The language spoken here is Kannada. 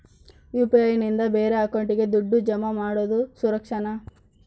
ಯು.ಪಿ.ಐ ನಿಂದ ಬೇರೆ ಅಕೌಂಟಿಗೆ ದುಡ್ಡು ಜಮಾ ಮಾಡೋದು ಸುರಕ್ಷಾನಾ?